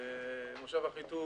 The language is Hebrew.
מושב אחיטוב